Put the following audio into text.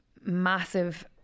massive